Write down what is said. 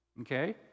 Okay